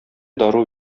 дару